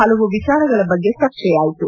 ಪಲವು ವಿಚಾರಗಳ ಬಗ್ಗೆ ಚರ್ಚೆಯಾಯಿತು